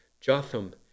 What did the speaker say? Jotham